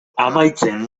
amaitzen